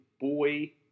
boy